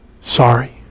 sorry